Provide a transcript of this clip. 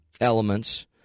elements